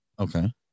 Okay